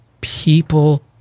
People